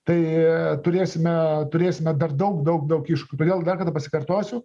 tai turėsime turėsime dar daug daug daug iššūkių todėl dar kartą pasikartosiu